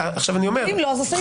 אם לא אז הסעיף בחקיקה אין לו משמעות.